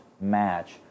match